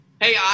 hey